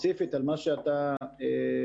ספציפית על מה שאתה שואל,